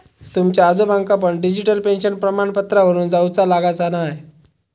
तुमच्या आजोबांका पण डिजिटल पेन्शन प्रमाणपत्रावरून जाउचा लागाचा न्हाय